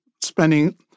spending